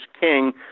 king